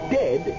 dead